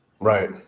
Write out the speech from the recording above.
Right